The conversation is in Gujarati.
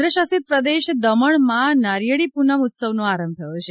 કેન્દ્ર શાસિત પ્રદેશ દમણમાં નારીયેળી પ્રનમ ઉત્સવનો આરંભ થયો છે